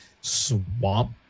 swamp